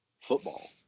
football